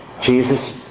Jesus